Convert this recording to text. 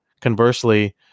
conversely